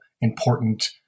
important